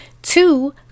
Two